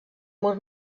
mur